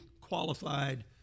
qualified